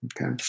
okay